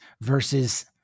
versus